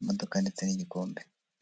imodoka ndetse n'igikombe.